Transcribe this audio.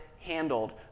handled